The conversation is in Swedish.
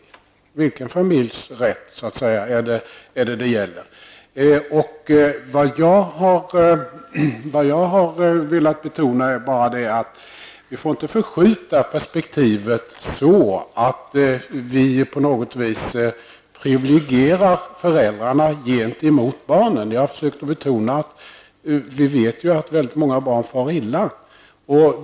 Vilken familjs rätt är det det gäller? Vad jag har velat betona är bara att vi inte får förskjuta perspektivet så att vi på något sätt privilegierar föräldrarna i förhållande till barnen. Vi vet ju att väldigt många barn far illa.